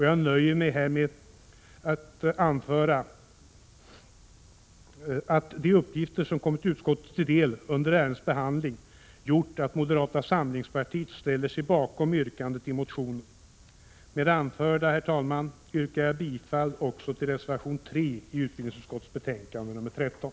Jag nöjer mig här med att anföra att de uppgifter som kommit utskottet till del under ärendets behandling gjort att moderata samlingspartiet ställer sig bakom yrkandet i motionen. '"ed det anförda, herr talman, yrkar jag bifall också till reservation 3 i utbudningsutskottets betänkande nr 13.